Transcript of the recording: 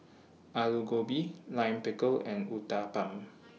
Alu Gobi Lime Pickle and Uthapam